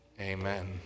Amen